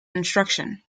instruction